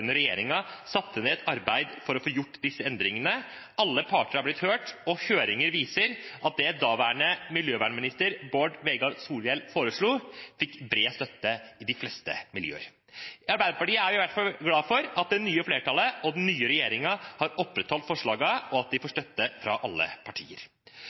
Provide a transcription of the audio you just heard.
ned et arbeid for å få gjort disse endringene. Alle parter er blitt hørt, og høringer viser at det daværende miljøvernminister Bård Vegar Solhjell foreslo, fikk bred støtte i de fleste miljøer. I Arbeiderpartiet er vi i hvert fall glad for at det nye flertallet og den nye regjeringen har opprettholdt forslagene, og at de får støtte fra alle partier.